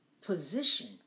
position